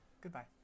Goodbye